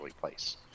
place